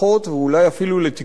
כן, שלוש דקות,